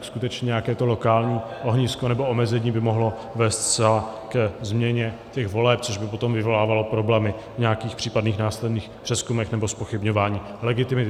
Skutečně nějaké to lokální ohnisko nebo omezení by mohlo vést zcela ke změně těch voleb, což by potom vyvolávalo problémy v nějakých případných následných přezkumech nebo zpochybňování legitimity.